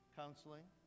counseling